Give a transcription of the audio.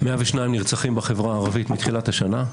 102 נרצחים בחברה הערבית מתחילת השנה.